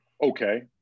Okay